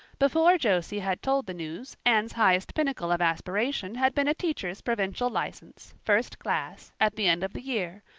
before josie had told the news anne's highest pinnacle of aspiration had been a teacher's provincial license, first class, at the end of the year,